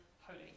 holy